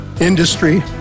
industry